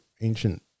ancient